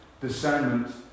discernment